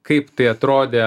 kaip tai atrodė